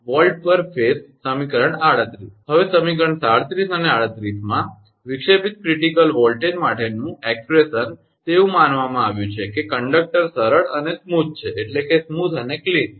હવે સમીકરણ 37 અને 38 માં વિક્ષેપિત ક્રિટિકલ વોલ્ટેજ માટેનું અભિવ્યક્તિ તે એવું માનવામાં આવ્યું છે કે કંડક્ટર સરળ અને સ્વચ્છ છે